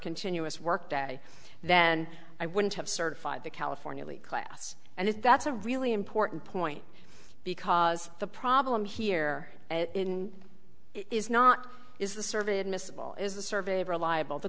continuous workday then i wouldn't have certified the california league class and if that's a really important point because the problem here is not is the survey admissible is the survey reliable the